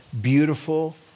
beautiful